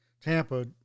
Tampa